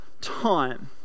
time